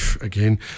again